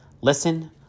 listen